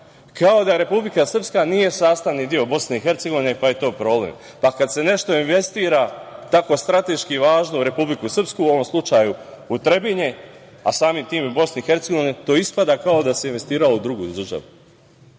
kao da Republika Srpska nije sastavni deo BiH, pa je to problem. Pa kad se nešto investira tako strateški važno u Republiku Srpsku, u ovom slučaju u Trebinje, a samim tim i BiH, to ispada kao da se investiralo u drugu državu. Upravo